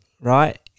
right